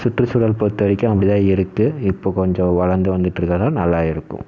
சுற்றுசூழல் பொறுத்த வரைக்கும் அப்படி தான் இருக்குது இப்போது கொஞ்சம் வளர்ந்து வந்துகிட்ருக்கறதுனால நல்லாயிருக்கும்